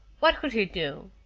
what could he do?